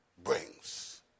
brings